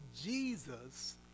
Jesus